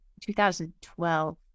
2012